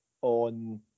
on